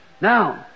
Now